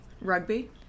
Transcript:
Rugby